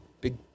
big